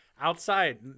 outside